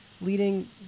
leading